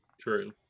True